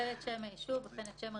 מגנטי שהנפיק המינהל האזרחי," פה כן מבקשים.